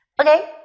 Okay